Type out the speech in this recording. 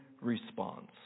response